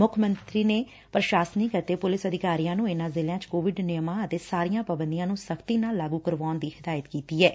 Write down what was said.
ਮੁੱਖ ਮੰਤਰੀ ਨੇ ਪ੍ਰਸ਼ਾਸਨਿਕ ਅਤੇ ਪੁਲਿਸ ਅਧਿਕਾਰੀਆਂ ਨੂੰ ਇਨ੍ਹਾਂ ਜ਼ਿਲ੍ਹਿਆਂ ਚ ਕੋਵਿਡ ਨਿਯਮਾਂ ਅਤੇ ਸਾਰੀਆਂ ਪਾਬੰਦੀਆਂ ਨੂੰ ਸਖ਼ਤੀ ਨਾਲ ਲਾਗੁ ਕਰਾਉਣ ਦੀ ਹਿਦਾਇਤ ਕੀਤੀ ਐਂ